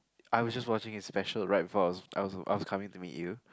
I was just watching his special right before I was I was I was coming to meet you